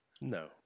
No